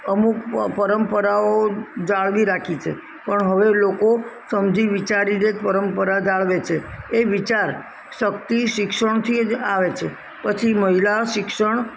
અમૂક મ પરંપરાઓ જાળવી રાખી છે પણ હવે લોકો સમજી વિચારીને પરંપરા જાળવે છે એ વિચાર શક્તિ શિક્ષણથી જ આવે છે પછી મહિલા શિક્ષણ